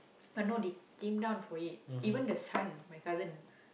but no they came down for it even the son my cousin